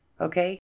okay